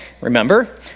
Remember